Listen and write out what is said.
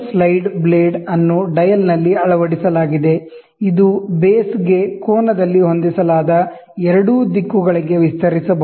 slide blade ಅನ್ನು ಡಯಲ್ನಲ್ಲಿ ಅಳವಡಿಸಲಾಗಿದೆ ಇದು ಬೇಸ್ಗೆ ಕೋನದಲ್ಲಿ ಹೊಂದಿಸಲಾದ ಎರಡೂ ದಿಕ್ಕುಗಳಿಗೆ ವಿಸ್ತರಿಸಬಹುದು